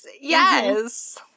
Yes